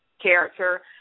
character